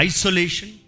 Isolation